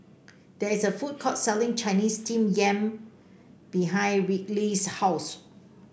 there is a food court selling Chinese Steamed Yam behind Ryleigh's house